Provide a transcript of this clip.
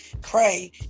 pray